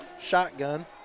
shotgun